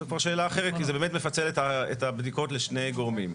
זה כבר שאלה אחרת כי זה באמת מפצל את הבדיקות לשני גורמים.